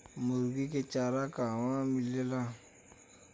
मुर्गी के चारा कहवा मिलेला?